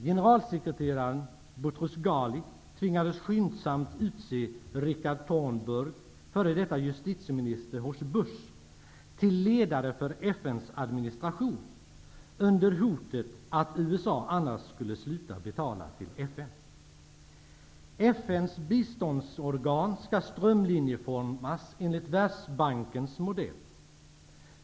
Generalsekreterare Boutros-Ghali tvingades att skyndsamt utse Richard Thornburg, f.d. justitieminister hos Bush, till ledare för FN:s administration under hotet att USA annars skulle sluta betala till FN. FN:s biståndsorgan skall strömlinjeformas enligt Världsbankens modell.